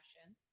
passion